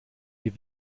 wie